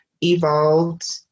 evolved